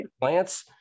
Plants